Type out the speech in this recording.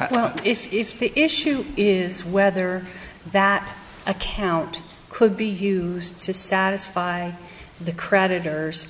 if the issue is whether that account could be used to satisfy the creditors